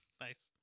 Nice